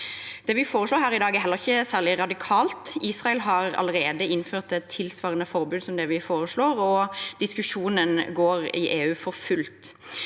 Det vi foreslår her i dag, er heller ikke særlig radikalt. Israel har allerede innført et tilsvarende forbud som det vi foreslår, og diskusjonen går for fullt